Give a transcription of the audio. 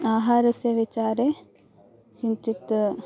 आहारस्य विचारे किञ्चित्